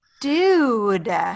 Dude